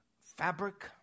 fabric